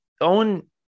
own